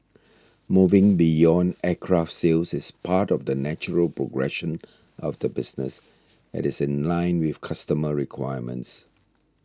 moving beyond aircraft sales is part of the natural progression of the business and is in line with customer requirements